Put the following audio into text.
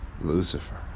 Lucifer